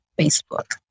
Facebook